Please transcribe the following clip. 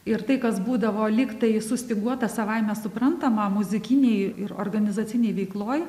ir tai kas būdavo lyg tai sustyguota savaime suprantama muzikinėj ir organizacinėj veikloj